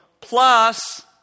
plus